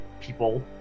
people